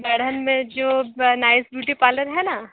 बैढ़न में जो Nice beauty parlour है ना